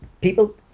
people